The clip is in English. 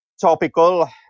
topical